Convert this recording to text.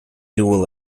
dual